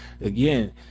again